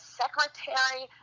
secretary